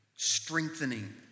strengthening